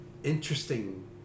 Interesting